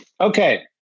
okay